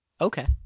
Okay